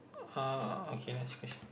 uh okay next question